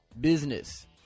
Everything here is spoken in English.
Business